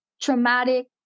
traumatic